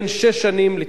או אולי לדוח-וינוגרד,